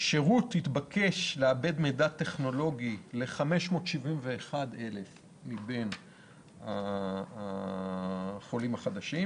השירות התבקש לעבד מידע טכנולוגי ל-571,000 מבין החולים החדשים,